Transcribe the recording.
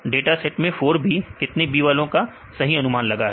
data set में 4 B कितने B वालों का सही अनुमान लगा है